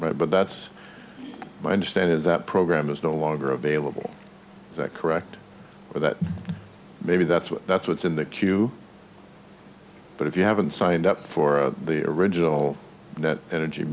right but that's my understanding is that program is no longer available that correct or that maybe that's what that's what's in the queue but if you haven't signed up for the original that energy